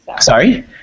Sorry